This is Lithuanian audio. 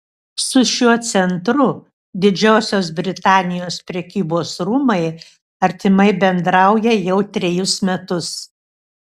su šiuo centru didžiosios britanijos prekybos rūmai artimai bendrauja jau trejus metus